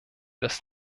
das